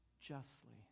justly